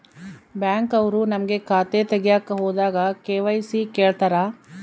Bank ಅವ್ರು ನಮ್ಗೆ ಖಾತೆ ತಗಿಯಕ್ ಹೋದಾಗ ಕೆ.ವೈ.ಸಿ ಕೇಳ್ತಾರಾ?